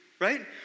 right